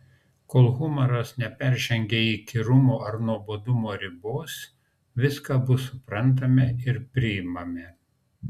kol humoras neperžengia įkyrumo ar nuobodumo ribos viską abu suprantame ir priimame